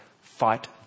fight